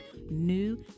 new